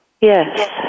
Yes